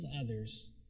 others